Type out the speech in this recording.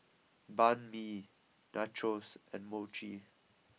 Banh Mi Nachos and Mochi